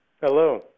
Hello